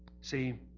See